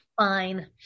Fine